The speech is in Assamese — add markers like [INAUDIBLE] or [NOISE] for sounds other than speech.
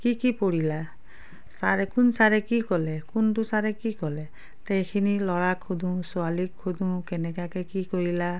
কি কি পঢ়িলা ছাৰে কোন ছাৰে কি ক'লে কোনটো ছাৰে কি ক'লে [UNINTELLIGIBLE] সেইখিনি ল'ৰাক সোধোঁ ছোৱালীক সোধোঁ কেনেকুৱাকে কি কৰিলা